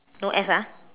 no S ah